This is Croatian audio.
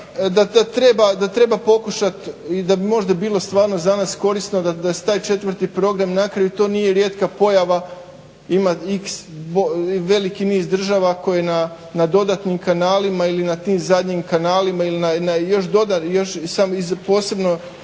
da treba pokušat i da bi možda bilo stvarno za nas korisno da se taj četvrti program, na kraju to nije rijetka pojava ima iks niz država koje na dodatnim kanalima ili na tim zadnjim kanalima ili posebno